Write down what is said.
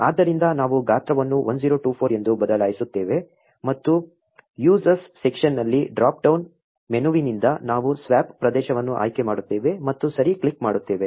ಆದ್ದರಿಂದ ನಾವು ಗಾತ್ರವನ್ನು 1024 ಎಂದು ಬದಲಾಯಿಸುತ್ತೇವೆ ಮತ್ತು ಯೂಸ್ ಆಸ್ ಸೆಕ್ಷನ್ನಲ್ಲಿ ಡ್ರಾಪ್ ಡೌನ್ ಮೆನುವಿನಿಂದ ನಾವು ಸ್ವಾಪ್ ಪ್ರದೇಶವನ್ನು ಆಯ್ಕೆ ಮಾಡುತ್ತೇವೆ ಮತ್ತು ಸರಿ ಕ್ಲಿಕ್ ಮಾಡುತ್ತೇವೆ